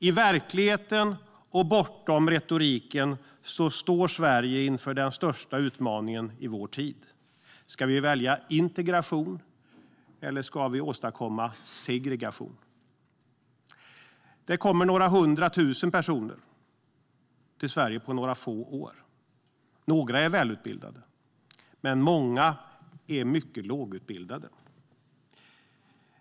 I verkligheten och bortom retoriken står Sverige inför den största utmaningen i vår tid. Ska vi välja integration, eller ska vi åstadkomma segregation? Det kommer några hundratusen personer till Sverige på några få år. Några är välutbildade, men många är mycket lågutbildade.